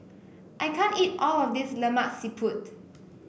I can't eat all of this Lemak Siput